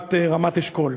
בשכונת רמת-אשכול,